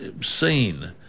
seen